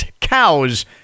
cows